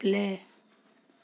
play